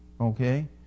okay